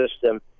system